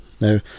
Now